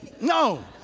No